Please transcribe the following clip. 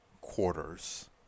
quarters